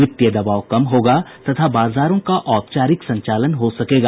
वित्तीय दबाव कम होगा तथा बाजारों का औपचारिक संचालन हो सकेगा